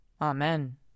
Amen